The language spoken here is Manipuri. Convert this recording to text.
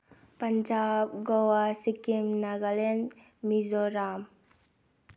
ꯄꯟꯖꯥꯕ ꯒꯣꯋꯥ ꯁꯤꯛꯀꯤꯝ ꯅꯒꯥꯂꯦꯟ ꯃꯤꯖꯣꯔꯥꯝ